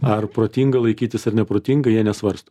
ar protinga laikytis ar neprotinga jie nesvarsto